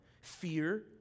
fear